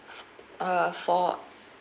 uh for